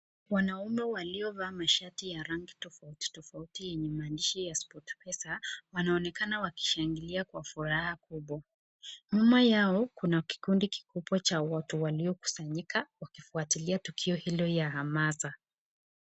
Wanaume waliovaa mashati ya rangi tofauti tofauti yenye maandishi ya Sportpesa wanaonekana wakishangilia kwa furaha kubwa. Nyuma yao kuna kikundi kikubwa cha watu waliokusanyika kufuatilia tukio hilo ya hamasa.